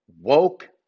woke